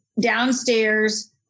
downstairs